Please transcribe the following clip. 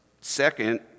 second